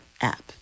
app